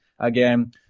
Again